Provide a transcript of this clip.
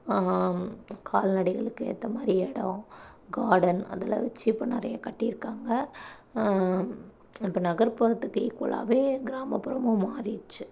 கால்நடைகளுக்கு ஏற்ற மாதிரி இடம் கார்டன் அதெல்லாம் வச்சு இப்போ நிறைய கட்டியிருக்காங்க இப்போ நகர்புறத்துக்கு ஈக்குவலாகவே கிராமப்புறமும் மாறிடுச்சு